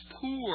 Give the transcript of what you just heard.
poor